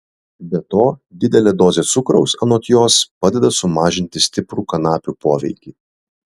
be to didelė dozė cukraus anot jos padeda sumažinti stiprų kanapių poveikį